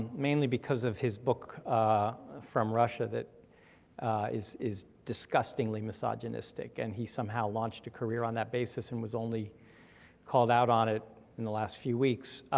mainly because of his book from russia that is is disgustingly misogynistic, and he somehow launched a career on that basis and was only called out on it in the last few weeks.